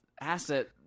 Asset